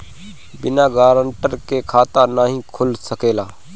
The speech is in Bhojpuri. बिना गारंटर के खाता नाहीं खुल सकेला?